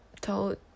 told